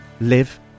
live